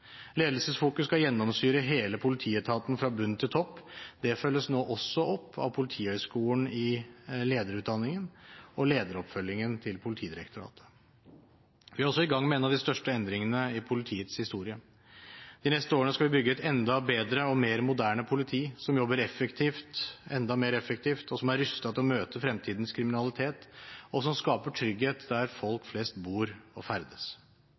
Ledelsesfokus skal gjennomsyre hele politietaten fra bunn til topp. Det følges nå også opp av Politihøgskolen i lederutdanningen og i lederoppfølgingen til Politidirektoratet. Vi er også i gang med en av de største endringene i politiets historie. De neste årene skal vi bygge et enda bedre og mer moderne politi, som jobber enda mer effektivt, og som er rustet til å møte fremtidens kriminalitet, og som skaper trygghet der folk flest bor og ferdes.